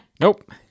Nope